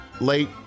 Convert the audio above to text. late